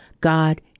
God